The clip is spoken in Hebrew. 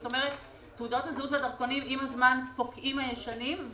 כלומר תעודות הזהות והדרכונים עם הזמן פוקעים הישנים.